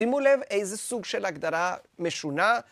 שימו לב איזה סוג של הגדרה משונה.